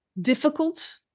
difficult